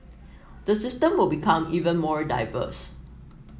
the system will become even more diverse